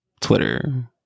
Twitter